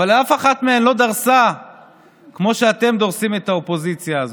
אף אחת מהן לא דרסה כמו שאתם דורסים את האופוזיציה הזאת.